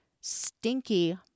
stinky